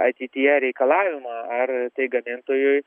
ateityje reikalavimą ar tai gamintojui